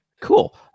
Cool